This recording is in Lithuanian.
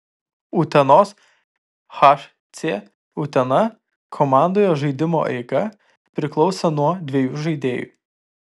utenos hc utena komandoje žaidimo eiga priklausė nuo dviejų žaidėjų